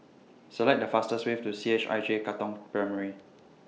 Select The fastest Way to C H I J Katong Primary